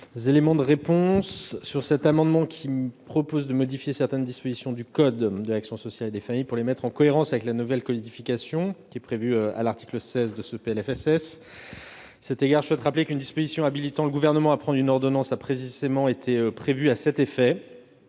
l'avis du Gouvernement ? Cet amendement vise à modifier certaines dispositions du code de l'action sociale et des familles pour les mettre en cohérence avec la nouvelle codification mise en place à l'article 16 du PLFSS. Je rappelle qu'une disposition habilitant le Gouvernement à prendre une ordonnance a précisément été prévue à cet effet.